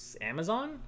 Amazon